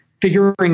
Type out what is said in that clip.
figuring